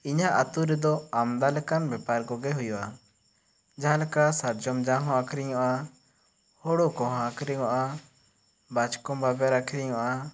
ᱤᱧᱟᱹᱜ ᱟᱛᱳ ᱨᱮᱫᱚ ᱟᱢᱟ ᱞᱮᱠᱟᱱ ᱵᱮᱯᱟᱨ ᱠᱚᱜᱮ ᱦᱩᱭᱩᱜᱼᱟ ᱡᱟᱦᱟᱸ ᱞᱮᱠᱟ ᱥᱟᱨᱡᱚᱢ ᱡᱚ ᱦᱚᱸ ᱟᱹᱠᱷᱨᱤᱧᱚᱜᱼᱟ ᱦᱳᱲᱳ ᱠᱚᱦᱚᱸ ᱟᱹᱠᱷᱨᱤᱧᱚᱜᱼᱟ ᱵᱟᱪᱠᱚᱢ ᱵᱟᱵᱮᱨ ᱟᱹᱠᱷᱨᱤᱧᱚᱜᱼᱟ